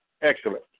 Excellent